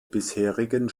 bisherigen